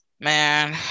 man